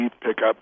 pickup